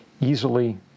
easily